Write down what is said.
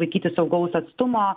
laikytis saugaus atstumo